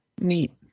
Neat